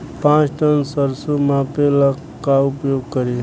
पाँच टन सरसो मापे ला का उपयोग करी?